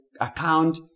account